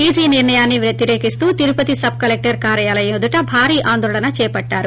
EC నిర్ణయాన్ని వ్యతిరేకిస్తూ Tirupati sub collector కార్యాలయం ఎదుట భారీ ఆందోళన చేపట్టారు